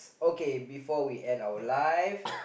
okay before we end our life